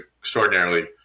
extraordinarily